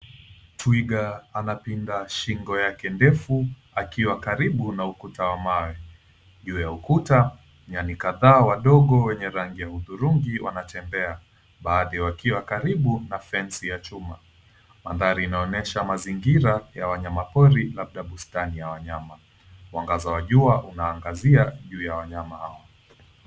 Twiga anapinda shingo yake ndefu akiwa karibu na ukuta wa mawe. Juu ya ukuta nyani kadhaa wadogo wenye rangi ya hudurungi wanatembea baadhi wakiwa karibu na fence ya chuma. Mandhari inaonyesha mazingira ya wanyama pori labda bustani ya wanyama. Mwangaza wa jua unaangazia juu ya wanyama hawa.